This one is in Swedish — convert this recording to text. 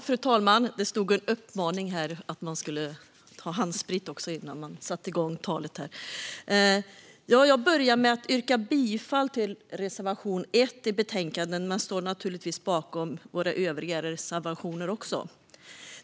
Fru talman! Jag börjar med att yrka bifall till reservation 1 i betänkandet, men jag står naturligtvis bakom våra övriga reservationer också.